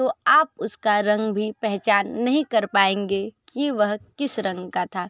तो आप उसका रंग भी पहचान नही कर पाएंगे कि वह किस रंग का था